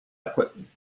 equipment